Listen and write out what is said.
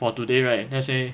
but today right let's say